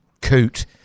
coot